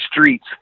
streets